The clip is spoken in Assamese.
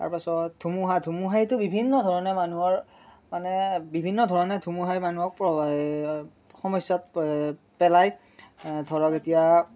তাৰপাছত ধুমুহা ধুমুহাইতো বিভিন্ন ধৰণে মানুহৰ মানে বিভিন্ন ধৰণে ধুমুহাই মানুহক সমস্যাত পেলায় ধৰক এতিয়া